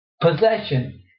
possession